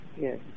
yes